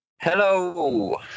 Hello